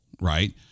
right